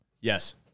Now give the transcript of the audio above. Yes